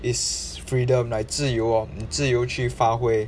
is freedom like 自由 orh 自由去发挥